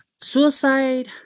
suicide